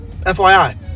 FYI